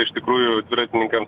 iš tikrųjų dviratininkams